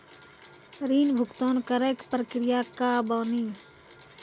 ऋण भुगतान करे के प्रक्रिया का बानी?